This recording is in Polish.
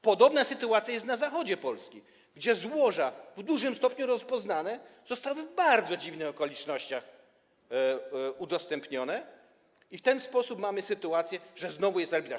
Podobna sytuacja jest na zachodzie Polski, gdzie złoża w dużym stopniu rozpoznane zostały w bardzo dziwnych okolicznościach udostępnione i w ten sposób mamy sytuację, że znowu jest arbitraż.